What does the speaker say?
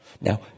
Now